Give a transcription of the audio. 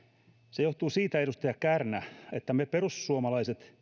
se johtuu siitä edustaja kärnä että me perussuomalaiset